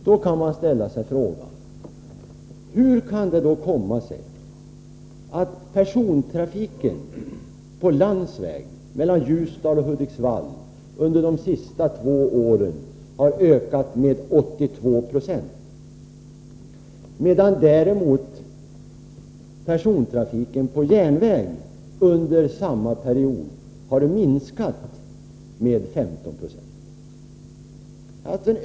Då kan man ställa sig frågan: Hur kan det komma sig att persontrafiken på landsväg mellan Ljusdal och Hudiksvall under de senaste två åren har ökat med 82 26, medan persontrafiken på järnväg under samma period har minskat med 15 26?